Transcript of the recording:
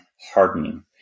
hardening